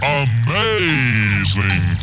amazing